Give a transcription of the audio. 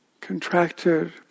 contracted